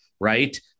right